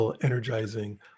energizing